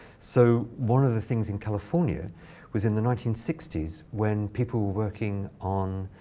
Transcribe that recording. so one of the things in california was in the nineteen sixty s when people were working on